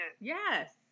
Yes